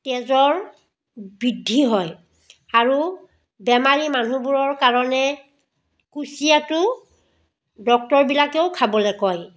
তেজৰ বৃদ্ধি হয় আৰু বেমাৰী মানুহবোৰৰ কাৰণে কুচিয়াটো ডক্তৰবিলাকেও খাবলৈ কয়